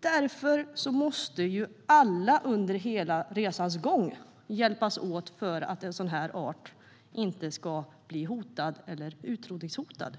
Därför måste alla under hela resans gång hjälpas åt för att en sådan här art inte ska bli hotad eller utrotningshotad.